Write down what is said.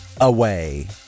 away